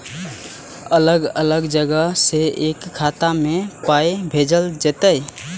अलग अलग जगह से एक खाता मे पाय भैजल जेततै?